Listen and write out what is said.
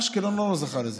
אשקלון לא זוכה לזה.